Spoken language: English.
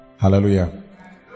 Hallelujah